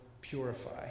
purify